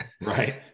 Right